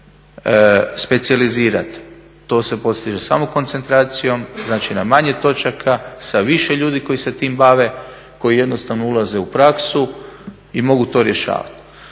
specijalizirati. To se postiže samo koncentracijom, znači na manje točaka sa više ljudi koji se tim bave, koji jednostavno ulaze u praksu i mogu to rješavati.